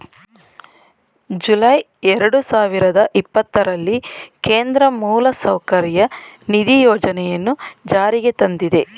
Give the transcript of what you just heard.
July ಎರಡು ಸಾವಿರದ ಇಪ್ಪತ್ತರಲ್ಲಿ ಕೇಂದ್ರ ಮೂಲಸೌಕರ್ಯ ನಿಧಿ ಯೋಜನೆಯನ್ನು ಜಾರಿಗೆ ತಂದಿದೆ